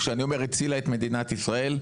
כשאני אומר הצילה את מדינת ישראל,